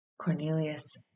Cornelius